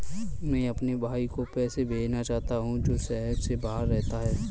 मैं अपने भाई को पैसे भेजना चाहता हूँ जो शहर से बाहर रहता है